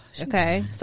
Okay